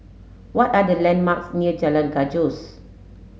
what are the landmarks near Jalan Gajus